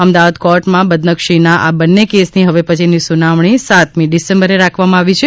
અમદાવાદ કોર્ટમાં બદનક્ષીના આ બંને કેસની હવે પછીની સુનાવણી સાતમી ડિસેમ્બરે રાખવામાં આવી છે